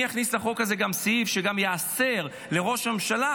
אני אכניס לחוק הזה גם סעיף שיאסור על ראש הממשלה